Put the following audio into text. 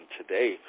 today